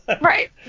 Right